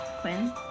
Quinn